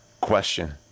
question